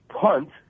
punt